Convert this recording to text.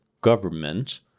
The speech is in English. government